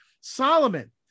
Solomon